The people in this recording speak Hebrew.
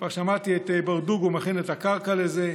כבר שמעתי את ברדוגו מכין את הקרקע לזה,